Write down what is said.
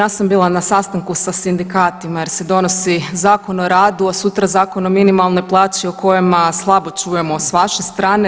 Ja sam bila na sastanku sa sindikatima, jer se donosi Zakon o radu, a sutra Zakon o minimalnoj plaći o kojima slabo čujemo s vaše strane.